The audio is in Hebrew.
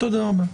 תודה רבה.